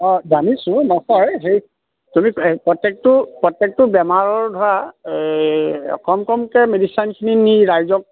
অঁ জানিছোঁ নহয় সেই তুমি প্ৰত্যেকটো প্ৰত্যেকটো বেমাৰৰ ধৰা এই কম কমকে মেডিচনখিনি নি ৰাইজক